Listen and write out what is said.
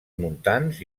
muntants